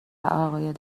عقاید